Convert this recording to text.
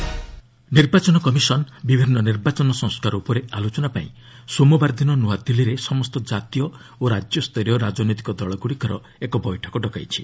EC meeting ନିର୍ବାଚନ commission ବିଭିନ୍ନ ନିର୍ବାଚନ ସଂସ୍କାର ଉପରେ ଆଲୋଚନାପାଇଁ ସୋମବାର ଦିନ ନୂଆଦିଲ୍ଲୀରେ ସମସ୍ତ ଜାତୀୟ ଓ ରାଜ୍ୟସ୍ତରୀୟ ରାଜନୈତିକ ଦଳଗୁଡ଼ିକର ଏକ ବୈଠକ ଡକାଇଛି